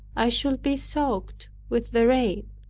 i should be soaked with the rain.